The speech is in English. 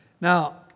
Now